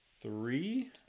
three